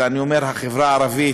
אלא אני אומר החברה הערבית